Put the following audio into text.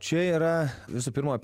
čia yra visų pirma